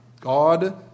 God